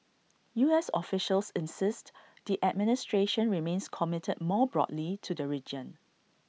U S officials insist the administration remains committed more broadly to the region